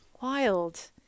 wild